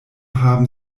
haben